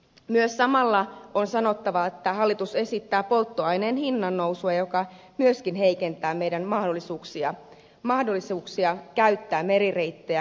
myös samalla on sanottava että hallitus esittää polttoaineen hinnannousua joka myöskin heikentää meidän mahdollisuuksiamme käyttää merireittejä kuljetusvälineenä